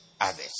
others